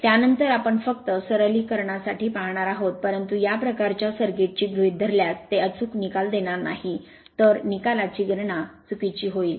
त्यानंतर आपण फक्त सरलीकरणा साठी पाहणार आहोत परंतु या प्रकारच्या सर्किट ची गृहीत धरल्यास ते अचूक निकाल देणार नाही तर निकालाची गणना चुकीची होईल